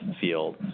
field